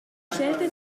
stellte